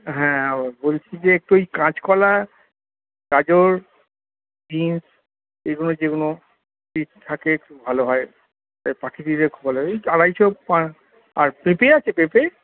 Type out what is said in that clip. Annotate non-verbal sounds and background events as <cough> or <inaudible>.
হ্যাঁ বলছি যে একটু ওই কাঁচকলা গাজর বিনস এগুলো যেগুলো যদি থাকে একটু ভালো হয় পাঠিয়ে দিলে খুব ভালো হয় ওই আড়াইশো <unintelligible> আর পেঁপে আছে পেঁপে